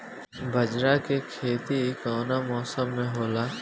बाजरा के खेती कवना मौसम मे होला?